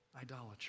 idolatry